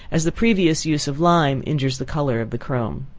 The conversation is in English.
as the previous use of lime injures the color of the chrome.